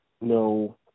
no